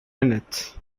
minutes